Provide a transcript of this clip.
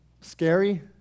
scary